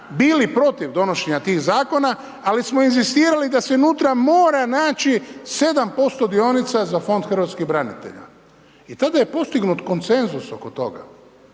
bili protiv donošenja tih zakona, ali smo inzistirali da se unutra mora naći 7% dionica za Fond hrvatskih branitelja. I tada je postignut konsenzus oko toga.